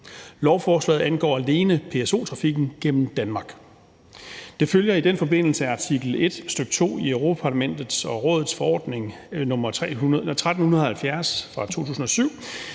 Lovforslaget angår alene PSO-trafikken gennem Danmark. Det følger i den forbindelse af artikel 1, stk. 2, i Europa-Parlamentets og Rådets forordning nr. 1370 af 23.